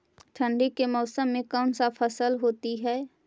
ठंडी के मौसम में कौन सा फसल होती है?